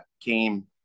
came